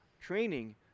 training